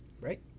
right